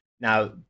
Now